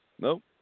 Nope